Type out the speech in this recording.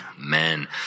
Amen